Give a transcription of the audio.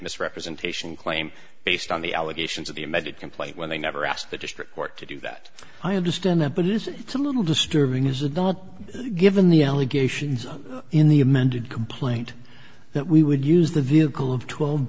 misrepresentation claim based on the allegations of the amended complaint when they never asked the district court to do that i understand that but it's a little disturbing is it not given the allegations in the amended complaint that we would use the vehicle of twe